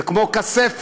זה כמו כספת,